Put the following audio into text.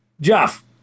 Jeff